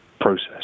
process